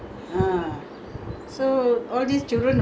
catch spider go longkang catch fish